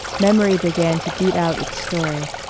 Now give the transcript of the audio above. memory began to beat out its story,